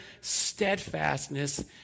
steadfastness